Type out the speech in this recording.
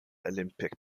olympic